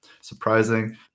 surprising